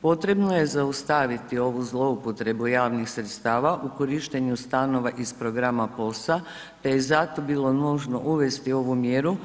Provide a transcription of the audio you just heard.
Potrebno je zaustaviti ovu zloupotrebu javnih sredstava u korištenju stanova iz programa POS-a te je zato bilo nužno uvesti ovu mjeru